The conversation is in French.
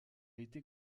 été